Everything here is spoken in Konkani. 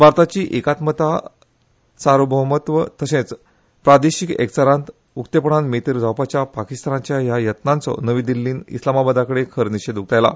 भारताची एकात्मता सार्वभौमत्व तशेच प्रादेशिक एकचारात उघडपणे मेतेर जावपाच्या पाकिस्तानाच्या ह्या यत्नाचो नवी दिल्लीन इस्लामाबादाकडे खंर निषेध उक्तायला